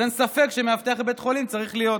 אז אין ספק שמאבטח בבית חולים צריך להיות.